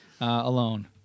alone